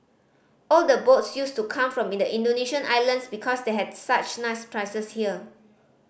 all the boats used to come from Indonesian islands because they had such nice prizes here